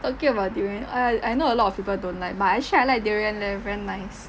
talking about durian I I know a lot of people don't like but actually I like durian leh very nice